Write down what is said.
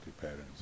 patterns